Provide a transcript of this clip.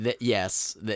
Yes